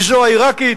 מזו העירקית?